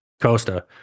Costa